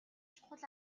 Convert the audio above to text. чухал